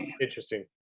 Interesting